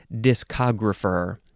discographer